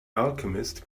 alchemist